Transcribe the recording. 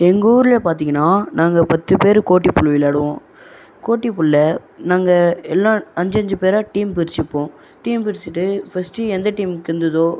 எங்கள் ஊரில் பார்த்தீங்கன்னா நாங்கள் பத்து பேர் கோட்டிப்புல் விளையாடுவோம் கோட்டிப்புல்லை நாங்கள் எல்லாம் அஞ்சஞ்சு பேராக டீம் பிரிச்சுப்போம் டீம் பிரிச்சிகிட்டு ஃபர்ஸ்ட்டு எந்த டீம்க்கு இருந்துதோ